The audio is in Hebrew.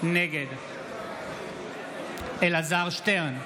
נגד אלעזר שטרן,